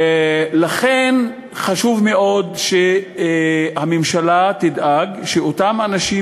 לכן חשוב מאוד שהממשלה תדאג שאותם אנשים